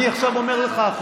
אתה לא תקרא לי בריון.